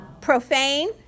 profane